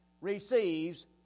receives